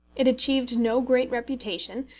it achieved no great reputation,